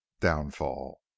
downfall